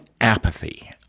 apathy